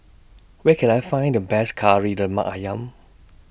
Where Can I Find The Best Kari Lemak Ayam